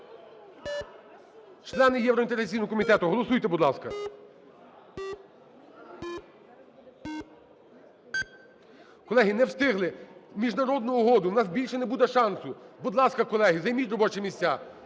Члени євроінтеграційного комітету, голосуйте, будь ласка. 13:37:11 За-215 Колеги, не встигли. Міжнародну угоду! У нас більше не буде шансу. Будь ласка, колеги, займіть робочі місця,